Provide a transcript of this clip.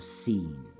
seen